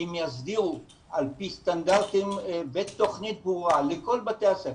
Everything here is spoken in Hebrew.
אם יסדירו את הסטנדרטים בתכנית ברורה לכל בתי הספר,